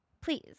Please